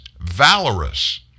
valorous